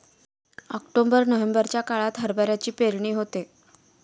October नोव्हेंबरच्या काळात हरभऱ्याची पेरणी होते